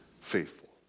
faithful